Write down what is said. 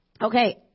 Okay